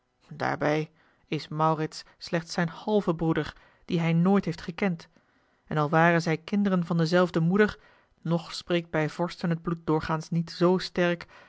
daarbij is maurits slechts zijn halve broeder dien hij nooit heeft gekend en al waren zij kinderen van dezelfde moeder nog spreekt bij vorsten het bloed doorgaans niet z sterk